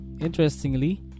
interestingly